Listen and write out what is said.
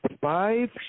five